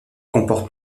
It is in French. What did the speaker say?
comporte